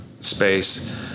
space